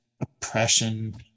oppression